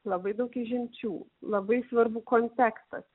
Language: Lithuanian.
labai daug išimčių labai svarbu kontekstas